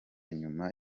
nyuma